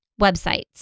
Websites